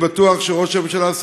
אני בטוח שראש הממשלה,